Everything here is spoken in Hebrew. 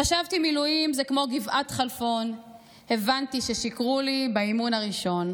// חשבתי מילואים זה כמו גבעת חלפון / הבנתי ששיקרו לי באימון הראשון.